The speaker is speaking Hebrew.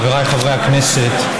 חבריי חברי הכנסת,